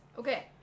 Okay